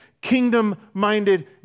kingdom-minded